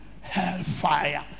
hellfire